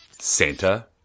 Santa